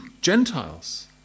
Gentiles